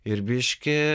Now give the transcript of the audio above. ir biškį